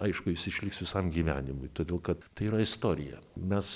aišku jis išliks visam gyvenimui todėl kad tai yra istorija mes